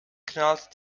knallt